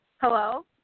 Hello